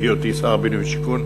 בהיותי שר הבינוי והשיכון: